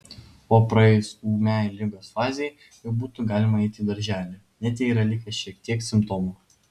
o praėjus ūmiai ligos fazei jau būtų galima eiti į darželį net jei yra likę šiek tiek simptomų